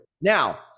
Now